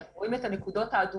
אתם רואים את הנקודות האדומות,